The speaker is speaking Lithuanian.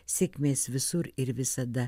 sėkmės visur ir visada